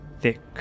Thick